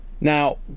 Now